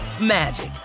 magic